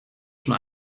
schon